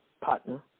partner